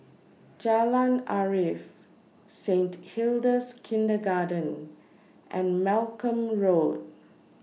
Jalan Arif Saint Hilda's Kindergarten and Malcolm Road